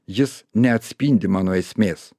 jis neatspindi mano esmės